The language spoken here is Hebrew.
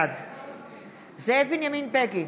בעד זאב בנימין בגין,